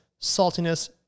saltiness